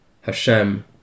Hashem